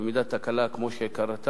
במידה של תקלה כמו שקרתה,